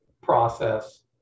process